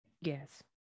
Yes